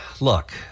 Look